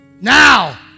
Now